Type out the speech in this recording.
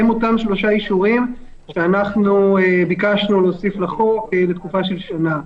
הם אותם שלושה אישורים שביקשנו להוסיף לחוק לתקופה של שנה.